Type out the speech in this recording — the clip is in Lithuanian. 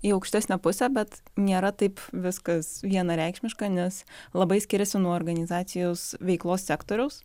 į aukštesnę pusę bet nėra taip viskas vienareikšmiška nes labai skiriasi nuo organizacijos veiklos sektoriaus